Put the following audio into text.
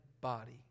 body